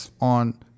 on